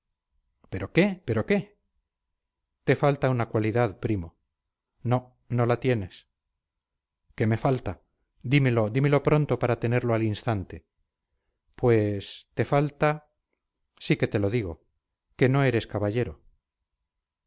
pero qué pero qué te falta una cualidad primo no no la tienes qué me falta dímelo dímelo pronto para tenerlo al instante pues te falta sí que te lo digo que no eres caballero